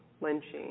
lynching